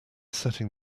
setting